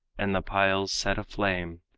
and the pile set aflame,